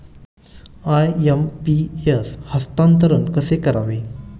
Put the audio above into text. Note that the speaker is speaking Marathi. आय.एम.पी.एस हस्तांतरण कसे करावे?